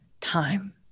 time